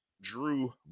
Drew